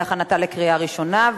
להכנתה לקריאה ראשונה.